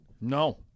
no